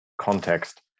context